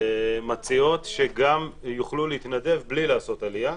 מציעות שגם יוכלו להתנדב בלי לעשות עלייה.